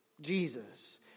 Jesus